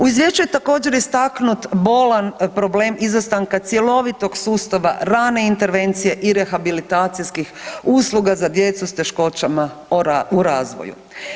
U izvješću je također istaknut bolan problem izostanka cjelovitog sustava rane intervencije i rehabilitacijskih usluga za djecu s teškoćama u razvoju.